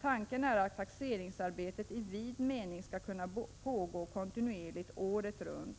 Tanken är att taxeringsarbetet i vid mening skall kunna pågå kontinuerligt året runt.